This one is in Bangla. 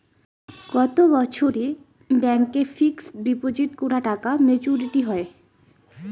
কত বছরে ব্যাংক এ ফিক্সড ডিপোজিট করা টাকা মেচুউরিটি হয়?